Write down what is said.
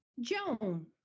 Joan